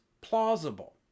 plausible